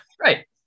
Right